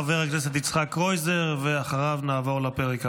חבר הכנסת יצחק קרויזר, ואחריו נעבור לפרק הבא.